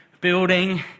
building